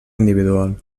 individual